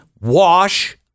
wash